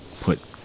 put